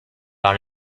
par